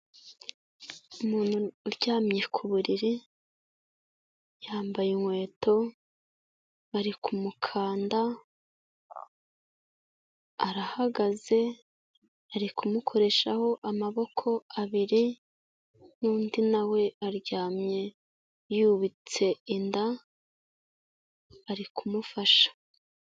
Umuntu uryamye ku buriri yambaye inkweto, bari kumukanda, arahagaze, ari kumukoreshaho amaboko abiri n'undi na we aryamye yubitse inda, ari kumufasha.